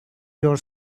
your